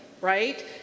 right